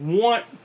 want